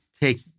take